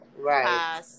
Right